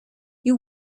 you